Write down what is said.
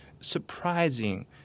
surprising